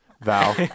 Val